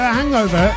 hangover